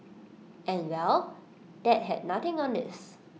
and well that had nothing on this